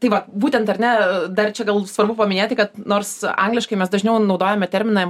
tai vat būtent ar ne dar čia gal svarbu paminėti kad nors angliškai mes dažniau naudojame terminą